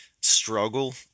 struggle